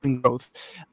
growth